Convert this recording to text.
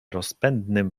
rozpędnym